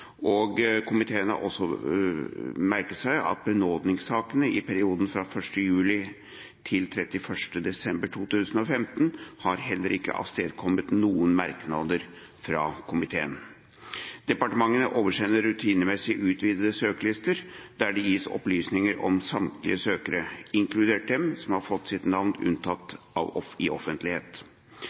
protokollene. Komiteen har merket seg at det ikke har vært noen dissenser i regjeringen i den aktuelle perioden. Benådningssakene i perioden fra 1. juli til 31. desember 2015 har heller ikke har avstedkommet noen merknader fra komiteen. Departementene oversender rutinemessig utvidede søkerlister, der det gis opplysninger om samtlige søkere, inkludert dem som har fått sitt navn unntatt offentlighet.